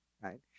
right